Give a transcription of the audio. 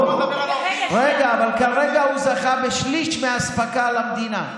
רגע, אבל כרגע הוא זכה בשליש מהאספקה למדינה.